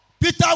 Peter